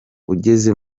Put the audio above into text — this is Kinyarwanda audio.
ugeze